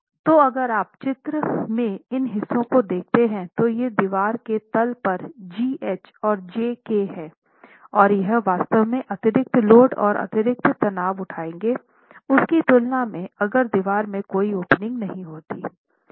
तो अगर आप चित्र में इन हिस्सों को देखते हैं तो ये दीवार के तल पर GH और JK हैं और यह वास्तव में अतिरिक्त लोड और अतिरिक्त तनाव उठाएंगे उसकी तुलना में अगर दीवार में कोई ओपनिंग नहीं होती